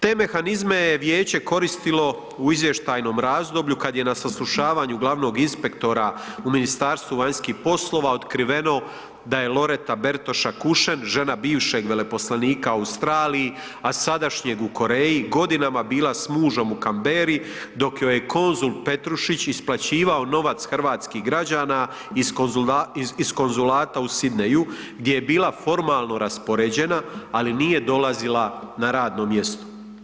Te mehanizme je Vijeće koristilo u izvještajnom razdoblju, kad je na saslušavanju glavnog inspektora u Ministarstvu vanjskih poslova otkriveno da je Loreta Bertoša Kušen, žena bivšeg veleposlanika u Australiji, a sadašnjeg u Koreji, godinama bila s mužem u Canberri, dok joj je konzul Petrušić isplaćivao novac hrvatskih građana iz Konzulata u Sydneyju gdje je bila formalno raspoređena, ali nije dolazila na radno mjesto.